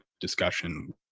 discussion